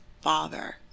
father